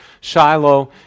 Shiloh